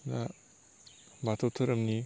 दा बाथौ धोरोमनि